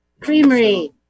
Creamery